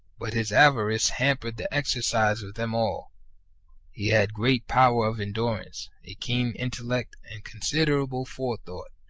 but his avarice hampered the exercise of them all he had great power of endurance, a keen intellect and considerable forethought,